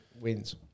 wins